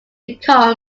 become